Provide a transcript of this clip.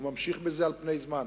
הוא ממשיך בזה על פני הזמן.